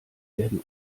werden